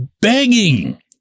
begging